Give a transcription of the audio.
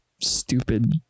stupid